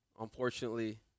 Unfortunately